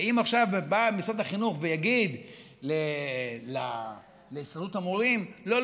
ואם עכשיו בא משרד החינוך ויגיד להסתדרות המורים: לא,